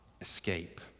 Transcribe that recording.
escape